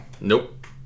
Nope